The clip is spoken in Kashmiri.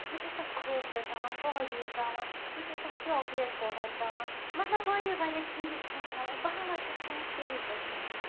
بہٕ چھَس تَتھ کھوٗپرٕ تراوان کاجوٗ تراوان بہٕ چھَس تَتھ چاکلیٹ پروڈَر تراوان مطلب واریاہ واریاہ چیٖز چھَس تراوان بناوان چھَس تھاوان فریٖزرَس منٛز